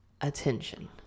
attention